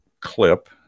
clip